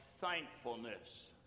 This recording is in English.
thankfulness